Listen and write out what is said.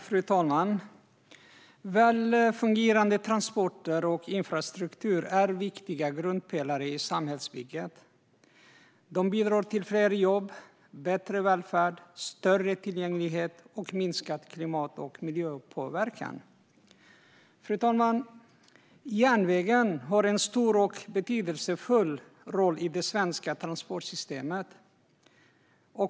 Fru talman! Väl fungerande transporter och infrastruktur är viktiga grundpelare i samhällsbygget. Det bidrar till fler jobb, bättre välfärd, större tillgänglighet och minskad klimat och miljöpåverkan. Järnvägen har en stor och betydelsefull roll i det svenska transportsystemet.